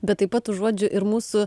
bet taip pat užuodžiu ir mūsų